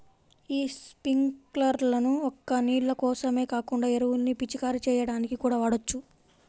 యీ స్పింకర్లను ఒక్క నీళ్ళ కోసమే కాకుండా ఎరువుల్ని పిచికారీ చెయ్యడానికి కూడా వాడొచ్చు